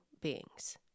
beings